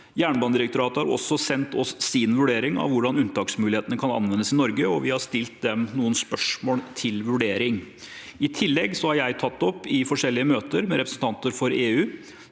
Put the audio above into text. Jernbanedirektoratet har også sendt oss sin vurdering av hvordan unntaksmulighetene kan anvendes i Norge, og vi har stilt dem noen spørsmål til vurdering. I tillegg har jeg tatt det opp i forskjellige møter med representanter for EU,